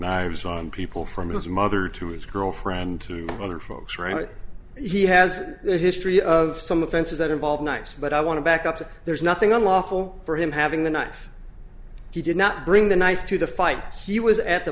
knives on people from his mother to his girlfriend to other folks right he has a history of some offenses that involve nice but i want to back up that there's nothing on lawful for him having the knife he did not bring the knife to the fight he was at the